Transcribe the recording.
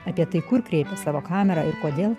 apie tai kur kreipti savo kamerą ir kodėl